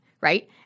right